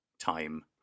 time